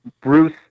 Bruce